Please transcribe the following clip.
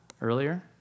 earlier